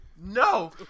No